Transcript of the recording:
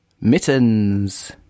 Mittens